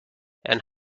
and